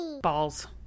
Balls